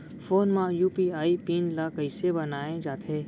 Phone म UPI pin ल कइसे बनाये जाथे?